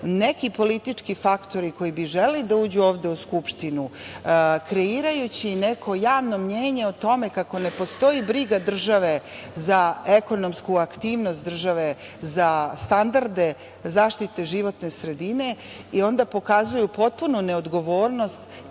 neki politički faktori koji bi želeli da uđu ovde u Skupštinu, kreirajući neko javno mnjenje o tome kako ne postoji briga države za ekonomsku aktivnost države, za standarde zaštite životne sredine i onda pokazuju potpunu neodgovornost